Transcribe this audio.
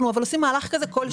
אנחנו עושים מהלך כזה כל שנה.